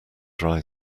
dry